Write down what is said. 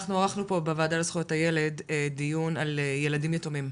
אנחנו ערכנו פה בוועדה לזכויות הילד דיון על ילדים יתומים.